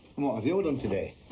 what have you done today?